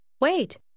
Wait